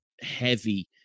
heavy